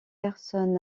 carson